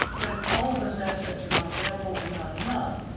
but if all those assets are not available or not enough,